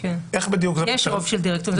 איך בדיוק --- יש רוב של דירקטורים.